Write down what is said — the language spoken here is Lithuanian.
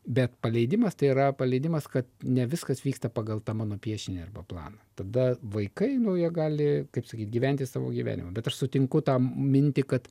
bet paleidimas tai yra paleidimas kad ne viskas vyksta pagal tą mano piešinį arba planą tada vaikai nu jie gali kaip sakyt gyventi savo gyvenimą bet aš sutinku tą mintį kad